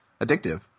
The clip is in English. addictive